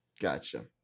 gotcha